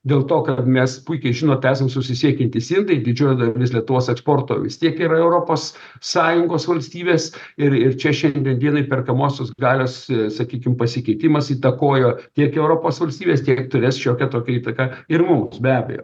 dėl to kad mes puikiai žinot esam susisiekiantys indai didžioji dalis lietuvos eksporto vis tiek yra europos sąjungos valstybės ir ir čia šiandien dienai perkamosios galios sakykim pasikeitimas įtakojo tiek europos valstybes tiek turės šiokią tokią įtaką ir mum be abejo